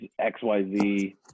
XYZ